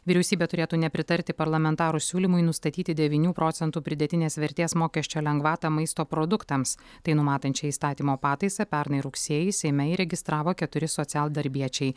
vyriausybė turėtų nepritarti parlamentarų siūlymui nustatyti devynių procentų pridėtinės vertės mokesčio lengvatą maisto produktams tai numatančią įstatymo pataisą pernai rugsėjį seime įregistravo keturi socialdarbiečiai